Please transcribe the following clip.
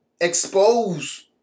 expose